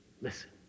listen